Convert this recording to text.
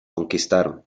conquistaron